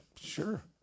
Sure